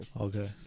Okay